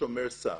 כשומר סף,